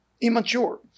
Immature